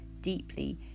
deeply